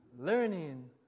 Learning